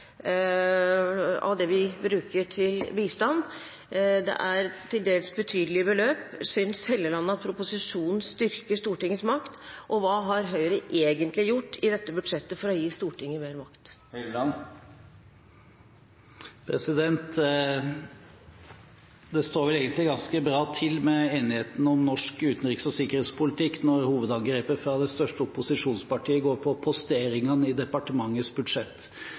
av det vi bruker til bistand, det er til dels betydelige beløp? Synes representanten Helleland at proposisjonen styrker Stortingets makt, og hva har Høyre egentlig gjort i dette budsjettet for å gi Stortinget mer makt? Det står vel egentlig ganske bra til med enigheten om norsk utenriks- og sikkerhetspolitikk når hovedangrepet fra det største opposisjonspartiet går på posteringene i departementets budsjett.